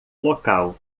local